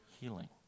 healing